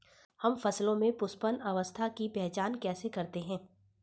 हम फसलों में पुष्पन अवस्था की पहचान कैसे करते हैं?